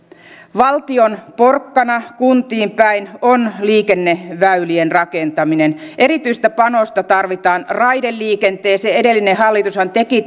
valtion porkkana kuntiin päin on liikenneväylien rakentaminen erityistä panosta tarvitaan raideliikenteeseen edellinen hallitushan teki